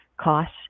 costs